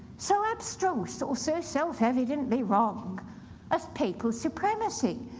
so abstruse or so self-evidently wrong as papal supremacy,